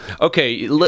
okay